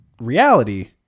reality